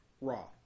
Raw